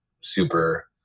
super